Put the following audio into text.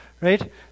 right